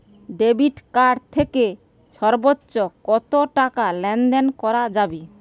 Debit card থেকে সর্বোচ্চ কত টাকা লেনদেন করা যাবে?